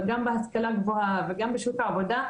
גם בהשכלה הגבוהה וגם בשוק העבודה,